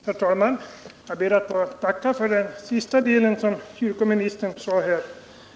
Herr talman! Jag ber att få tacka för den senaste delen av kyrkoministerns anförande.